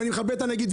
ואני מכבד את הנגיד,